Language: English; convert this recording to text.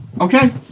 Okay